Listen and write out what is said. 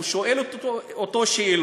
שואל אותו שאלות,